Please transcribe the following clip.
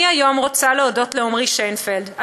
אני היום רוצה להודות לעמרי שיינפלד,